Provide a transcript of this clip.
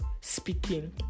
speaking